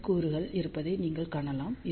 M கூறுகள் இருப்பதை நீங்கள் காணலாம்